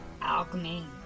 alchemy